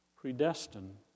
predestined